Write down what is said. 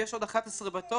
ויש עוד 11 בתור.